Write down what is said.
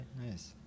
nice